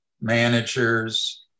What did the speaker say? managers